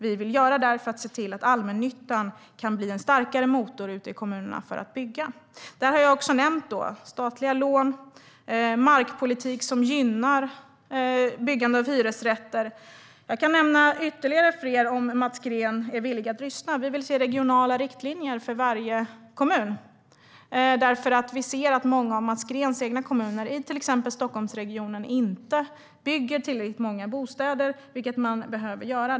Vi vill göra regelförenklingar för att allmännyttan ska kunna bli en starkare motor för att bygga ute i kommunerna. Jag har också nämnt statliga lån och markpolitik som gynnar byggande av hyresrätter, och jag kan nämna ännu mer om Mats Green är villig att lyssna. Vi vill se regionala riktlinjer för varje kommun, för vi ser att många av de kommuner som styrs av Mats Greens parti, till exempel i Stockholmsregionen, inte bygger tillräckligt många bostäder.